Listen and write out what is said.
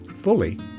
fully